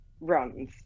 runs